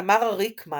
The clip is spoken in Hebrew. תמרה ריקמן